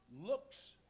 looks